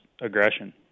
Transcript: aggression